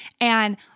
and-